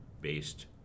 based